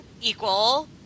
equal